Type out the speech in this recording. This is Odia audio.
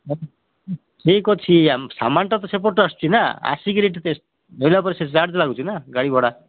ଠିକ୍ ଅଛି ସାମାନ ତ ସେପଟ ଆସୁଛି ନା ଆସିକି ଦେଲା ପରେ ସେ ଚାର୍ଜ ଲାଗୁଛି ନା ଗାଡ଼ି ଭଡ଼ା